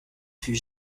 fut